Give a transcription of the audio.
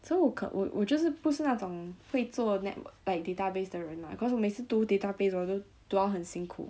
so 我可我就是不是那种会做 network like database 的人 lah cause 我每次读 database 我都读到很辛苦